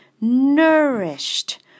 nourished